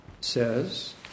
Says